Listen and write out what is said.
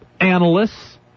analysts